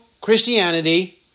Christianity